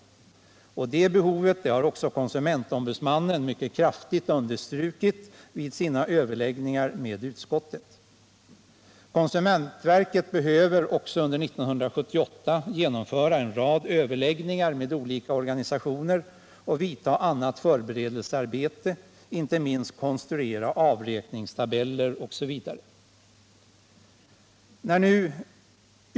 Detta behov har också konsumentombudsmannen mycket kraftigt understrukit vid sina överläggningar med utskottet. Konsumentverket behöver också under 1978 genomföra en rad överläggningar med olika organisationer och göra annat förberedelsearbete, inte minst konstruera avräkningstabeller osv.